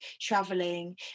traveling